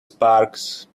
sparks